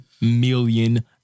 million